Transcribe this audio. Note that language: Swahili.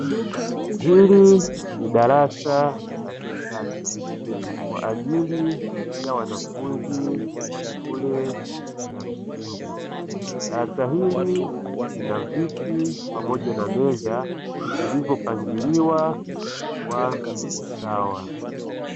Hili ni darasa la kisasa kwa ajili ya wanafunzi wa shule ya msingi, darasa hili lina viti pamoja na meza vilivyopangiliwa kwa usawa.